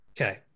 Okay